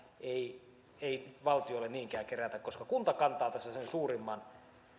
ei ei valtiolle niinkään kerätä koska kunta kantaa tässä sen suurimman